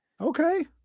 Okay